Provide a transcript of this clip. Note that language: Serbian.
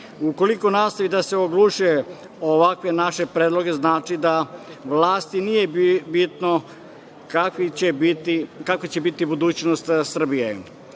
Ukoliko nastavi da se oglušuje o ovakve naše predloge znači da vlasti nije bitno kakva će biti budućnost Srbije. Što